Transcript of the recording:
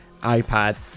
iPad